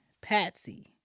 Patsy